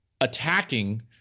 attacking